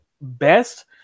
best